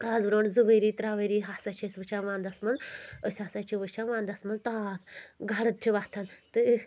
اَز برونٛٹھ زٕ ؤری ترٛےٚ ؤری ہَسا چھِ أسۍ وٕچھان وَنٛدَس منٛز أسۍ ہَسا چھِ وٕچھان وَنٛدَس منٛز تاپھ گَرٕد چھِ وۄتھان تہٕ